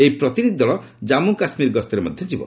ଏହି ପ୍ରତିନିଧି ଦଳ କାମ୍ମୁ କାଶ୍କୀର ଗସ୍ତରେ ମଧ୍ୟ ଯିବ